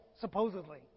supposedly